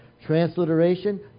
Transliteration